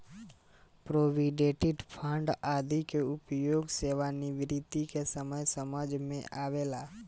provident fund आदि के उपयोग सेवानिवृत्ति के समय समझ में आवेला